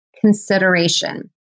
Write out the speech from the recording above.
consideration